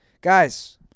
Guys